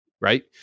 right